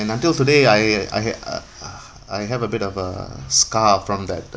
and until today I I ha~ uh uh I have a bit of a scar from that